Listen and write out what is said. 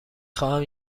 خواهم